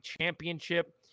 championship